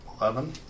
eleven